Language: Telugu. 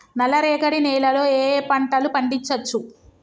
నల్లరేగడి నేల లో ఏ ఏ పంట లు పండించచ్చు?